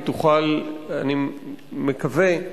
אני מקווה,